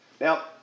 Now